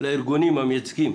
לארגונים המייצגים